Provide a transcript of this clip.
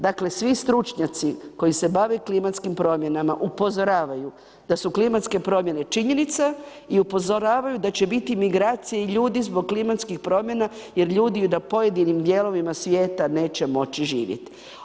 Dakle, svi stručnjaci koji se bave klimatskim promjenama upozoravaju da su klimatske promjene činjenica i upozoravaju da će biti migracije ljudi zbog klimatskih promjena jer ljudi na pojedinim dijelovima svijeta neće moći živjet.